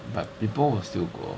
but people will still go